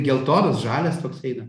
geltonas žalias toks eina